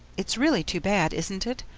it's really too bad, isn't it,